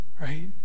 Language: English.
Right